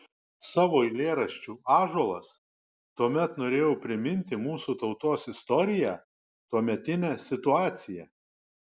savo eilėraščiu ąžuolas tuomet norėjau priminti mūsų tautos istoriją tuometinę situaciją